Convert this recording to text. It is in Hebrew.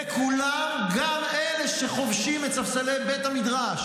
וכולם, גם אלה שחובשים את ספסלי בית המדרש,